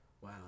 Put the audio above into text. wow